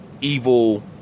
evil